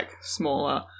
smaller